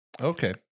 okay